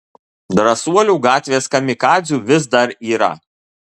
drąsuolių gatvės kamikadzių vis dar yra